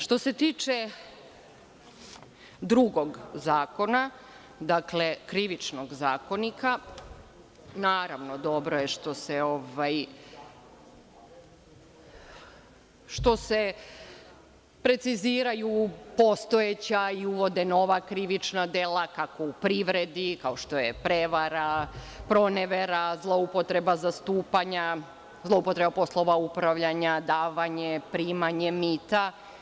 Što se tiče drugog zakona, dakle, Krivičnog zakonika, naravno, dobro je što se preciziraju postojeća i uvode nova krivična dela, kako u privredu, kao što je prevara, pronevera, zloupotreba zastupanja, zloupotreba poslova upravljanja, davanje, primanje mita.